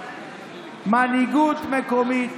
מנהיגות מקומית